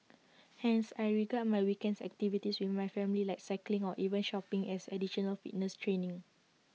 hence I regard my weekends activities with my family like cycling or even shopping as additional fitness training